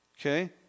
Okay